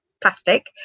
plastic